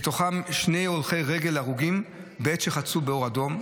ובהן שני הרוגים הולכי רגל בעת שחצו באור אדום,